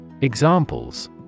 Examples